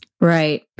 Right